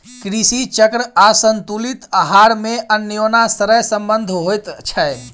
कृषि चक्र आसंतुलित आहार मे अन्योनाश्रय संबंध होइत छै